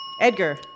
Edgar